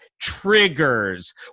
triggers